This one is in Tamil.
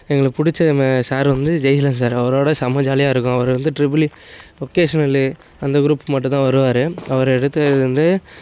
எங்களுக்கு பிடிச்ச மே சார் வந்து ஜெய்சீலன் சார் அவரோடு செம்ம ஜாலியாக இருக்கும் அவர் வந்து ட்ரிபிள் இ ஓக்கேஷ்னலு அந்த குரூப்புக்கு மட்டும் தான் வருவார் அவர் எடுத்ததில் இருந்தே